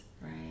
Right